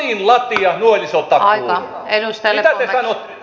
mitä te sanotte tähän